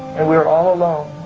and we were all alone.